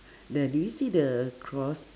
there do you see the cross